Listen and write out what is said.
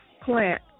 plant